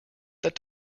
that